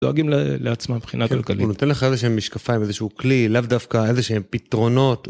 דואגים ל...לעצמם, מבחינה כלכלית. הוא נותן לך איזשהם משקפיים, איזשהו כלי, לאו דווקא איזשהם פתרונות.